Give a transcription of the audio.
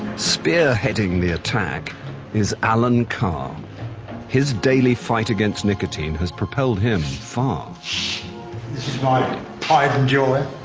spearheading the attack is allen carr his daily fight against nicotine has propelled him far this is my pride and joy